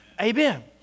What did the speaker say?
Amen